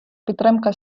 підтримка